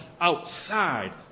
outside